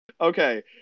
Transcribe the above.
Okay